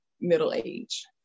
middle-age